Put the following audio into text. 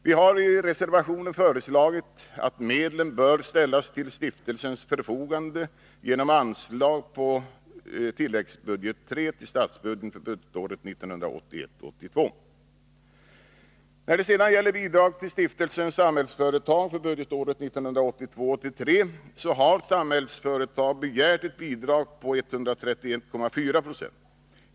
Vi har i reservationen föreslagit att medlen bör ställas till stiftelsens förfogande genom anslag på tilläggsbudget III till statsbudgeten för budgetåret 1981 83 begärt ett bidrag på 131,4 20.